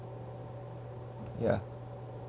ya